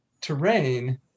terrain